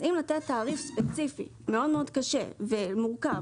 אם נתת תעריף ספציפי מאוד מאוד קשה ומורכב,